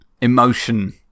emotion